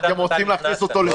אתם רוצים להכניס אותו לסגר?